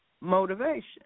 Motivation